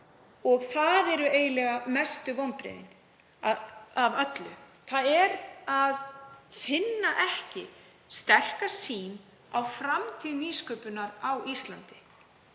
Það eru eiginlega mestu vonbrigðin af öllu að finna ekki sterka sýn á framtíð nýsköpunar á Íslandi